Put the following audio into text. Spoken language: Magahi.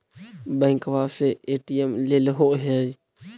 बैंकवा से ए.टी.एम लेलहो है?